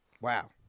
Wow